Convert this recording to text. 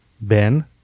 Ben